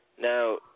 Now